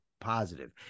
positive